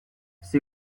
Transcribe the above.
she